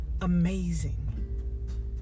amazing